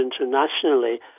internationally